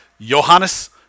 Johannes